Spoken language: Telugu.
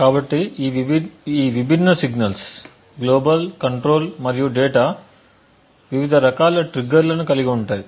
కాబట్టి ఈ విభిన్న సిగ్నల్స్ గ్లోబల్ కంట్రోల్ మరియు డేటా వివిధ రకాల ట్రిగ్గర్లను కలిగి ఉంటాయి